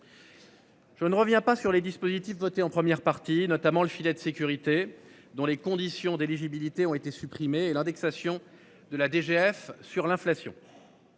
Je ne reviens pas sur les dispositifs votés en première partie, notamment le filet de sécurité dont les conditions d'éligibilité ont été supprimé l'indexation de la DGF sur l'inflation.